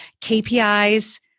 KPIs